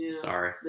Sorry